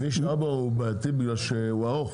כביש 4 בעייתי בגלל שהוא ארוך.